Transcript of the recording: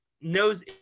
knows